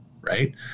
right